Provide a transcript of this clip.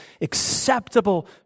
acceptable